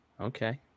Okay